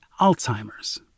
Alzheimer's